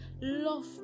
Love